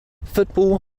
football